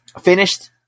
Finished